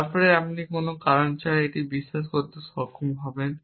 তারপরে আপনি কোনও কারণ ছাড়াই এটি বিশ্বাস করতে সক্ষম হবেন